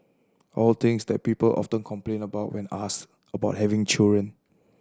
all things that people often complain about when asked about having children